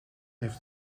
heeft